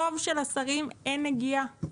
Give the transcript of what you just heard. טוב שלשרים אין נגיעה.